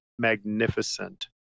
Magnificent